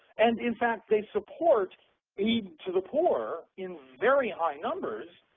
and, in fact, they support aid to the poor in very high numbers,